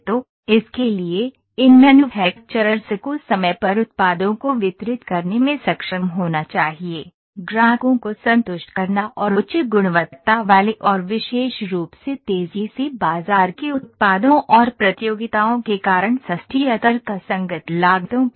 तो इसके लिए इन मैन्युफैक्चरर्स को समय पर उत्पादों को वितरित करने में सक्षम होना चाहिए ग्राहकों को संतुष्ट करना और उच्च गुणवत्ता वाले और विशेष रूप से तेजी से बाजार के उत्पादों और प्रतियोगिताओं के कारण सस्ती या तर्कसंगत लागतों पर